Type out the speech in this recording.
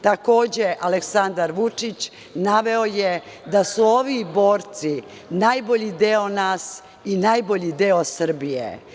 Takođe, Aleksandar Vučić naveo je da su ovi borci najbolji deo nas i najbolji deo Srbije.